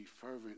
fervent